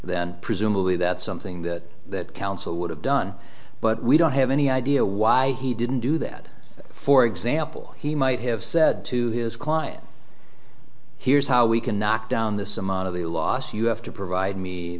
then presumably that's something that that counsel would have done but we don't have any idea why he didn't do that for example he might have said to his client here's how we can knock down this amount of the loss you have to provide me